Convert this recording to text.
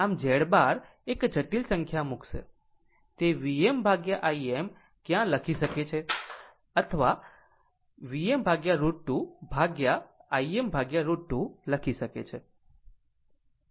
આમ Z બાર એક જટિલ સંખ્યા મૂકશે તે VmIm ક્યાં લખી શકે છે અથવા Vm√ 2 ભાગ્યા Im√ 2 લખી શકે છે